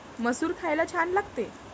मसूर खायला छान लागते